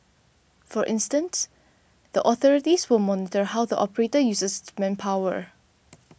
for instance the authorities will monitor how the operator uses its manpower